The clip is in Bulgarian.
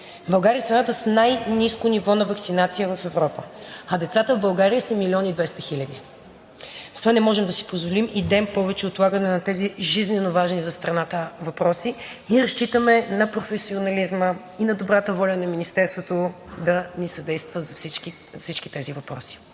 България е страната с най-ниско ниво на ваксинация в Европа, а децата в България са 1 милион и 200 хиляди. Затова не можем да си позволим и ден повече отлагане на тези жизненоважни за страната въпроси и разчитаме на професионализма и на добрата воля на Министерството да ни съдейства за всички тези въпроси.